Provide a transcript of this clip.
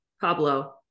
pablo